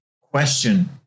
question